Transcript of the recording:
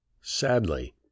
Sadly